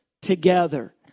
together